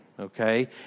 Okay